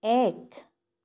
এক